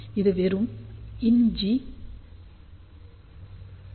இது வெறும் ln G